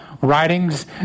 writings